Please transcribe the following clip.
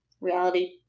reality